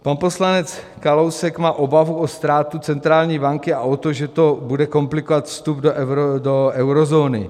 Pan poslanec Kalousek má obavu o ztrátu centrální banky a o to, že to bude komplikovat vstup do eurozóny.